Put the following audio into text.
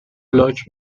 لاک